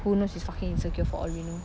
who knows he's fucking insecure for all we know